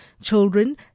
children